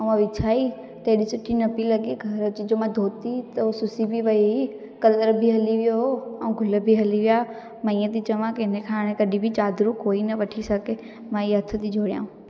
ऐं वरी विछाई त एॾी सुठी न पी लॻे घर अची मां धोती त उअ सुसी बि वई हुई कलर बि हली वियो हो ऐं गुल बि हली विया मां इएं थी चवां की इनखां हाणे कॾी बि चादरूं कोई न वठी सघे मां इहा हथ थी जोड़ियांव